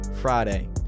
friday